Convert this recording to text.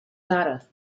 data